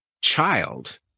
child